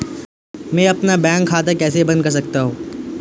मैं अपना बैंक खाता कैसे बंद कर सकता हूँ?